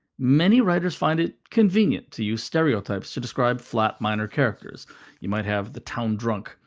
many writers find it convenient to use stereotypes to describe flat, minor characters you might have the town drunk,